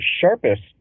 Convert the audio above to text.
sharpest